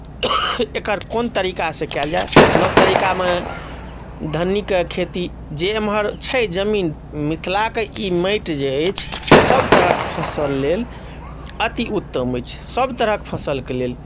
एकर कोन तरीकासँ कयल जाय नव तरीकामे धन्नीके खेती जे एम्हर छै जमीन मिथिलाक ई माटि जे अछि सभतरहक फसल लेल अति उत्तम अछि सभतरहक फसलके लेल